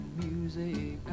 music